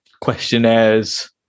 questionnaires